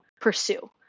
pursue